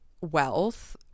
wealth